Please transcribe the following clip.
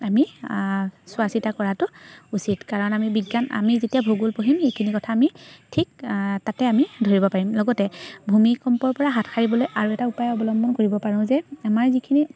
আমি চোৱা চিতা কৰাটো উচিত কাৰণ আমি বিজ্ঞান আমি যেতিয়া ভূগোল পঢ়িম সেইখিনি কথা আমি ঠিক তাতে আমি ধৰিব পাৰিম লগতে ভূমিকম্পৰপৰা হাত সাৰিবলৈ আৰু এটা উপায় অৱলম্বন কৰিব পাৰোঁ যে আমাৰ যিখিনি